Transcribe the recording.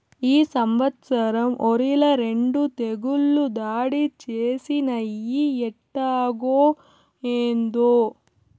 ఈ సంవత్సరం ఒరిల రెండు తెగుళ్ళు దాడి చేసినయ్యి ఎట్టాగో, ఏందో